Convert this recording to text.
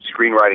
screenwriting